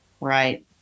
right